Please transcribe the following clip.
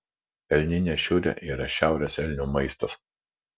elninė šiurė yra šiaurės elnių maistas